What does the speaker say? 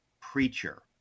preacher